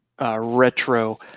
retro